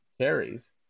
carries